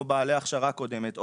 או בעלי הכשרה קודמת,